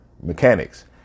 mechanics